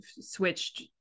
switched